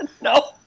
No